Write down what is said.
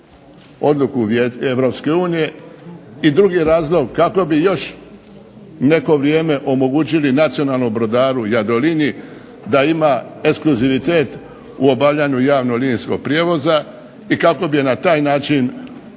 odluku Europske unije, i drugi razlog kako bi još neko vrijeme omogućili nacionalnom brodaru Jadroliniji da ima ekskluzivitet u obavljanju javnog linijskog prijevoza, i kako bi na taj način pripremili